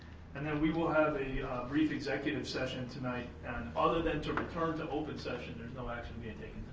and then we will have a brief executive session tonight and other then to return to open session, there's no action being